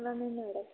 అలానే మేడం